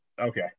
okay